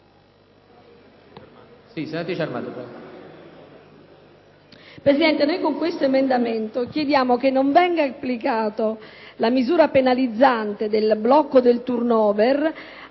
Presidente, con l'emendamento 3.91 chiediamo che non venga applicata la misura penalizzante del blocco del *turn over*